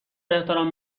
احترام